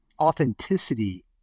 authenticity